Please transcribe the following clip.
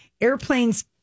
Airplanes